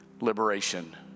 liberation